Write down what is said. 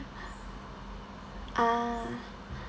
ah